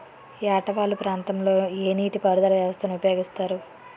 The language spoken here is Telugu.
ఏట వాలు ప్రాంతం లొ ఏ నీటిపారుదల వ్యవస్థ ని ఉపయోగిస్తారు?